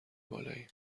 بالاییم